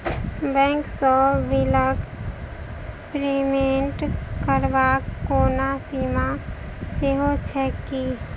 Bank सँ बिलक payment करबाक कोनो सीमा सेहो छैक की?